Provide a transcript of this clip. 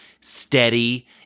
steady